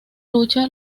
lucha